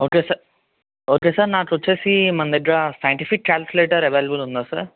okay sir okay sir నాకు వచ్చి మన దగ్గర సైన్టిఫిక్ క్యాల్కులేటర్ అవైలబుల్ ఉందా సార్